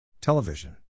Television